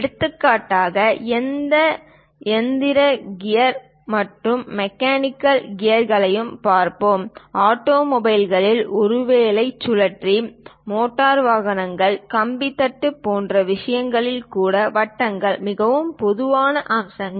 எடுத்துக்காட்டாக எந்த இயந்திர கியர் அல்லது மெக்கானிக்கல் கியர்களையும் பார்ப்போம் ஆட்டோமொபைல்களில் ஒருவேளை சுழற்சி மோட்டார் வாகனங்கள் கப்பி தண்டு போன்ற விஷயங்கள் கூட வட்டங்கள் மிகவும் பொதுவான அம்சங்கள்